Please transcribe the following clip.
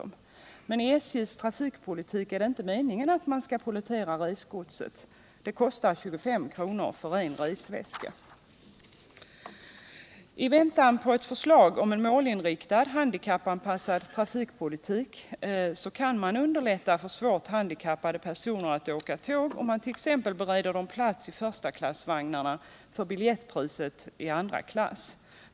Men i SJ:s trafikpolitik är det inte meningen att man skall pollettera resgodset, eftersom det kostar 25 kr. för en resväska. I väntan på ett förslag om en målinriktad handikappanpassad trafikpolitik kan man för att underlätta för svårt handikappade personer att åka tåg bereda dessa plats i förstaklassvagnarna för biljettpriset i andra klass.